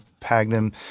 Pagnum